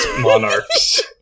monarchs